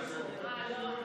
אה, לא,